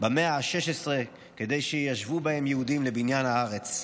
במאה ה-16 כדי שישבו בהן יהודים לבניין הארץ.